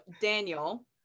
daniel